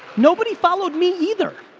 nobody followed me either.